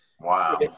Wow